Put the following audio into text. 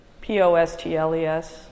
P-O-S-T-L-E-S